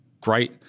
great –